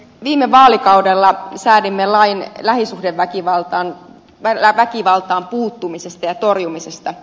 viime vaalikaudella säädimme lain lähisuhdeväkivaltaan puuttumisesta ja torjumisesta